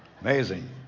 Amazing